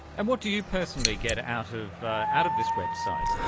and what do you personally get out of out of this website?